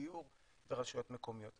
דיור ורשויות מקומיות.